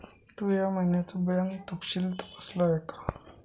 तू या महिन्याचं बँक तपशील तपासल आहे का?